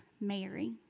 Mary